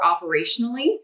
operationally